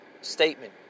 statement